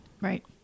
Right